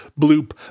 bloop